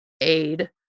aid